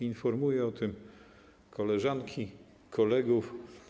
Informuję o tym koleżanki i kolegów.